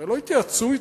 הרי לא התייעצו אתך,